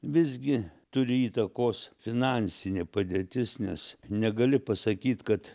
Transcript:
visgi turi įtakos finansinė padėtis nes negali pasakyt kad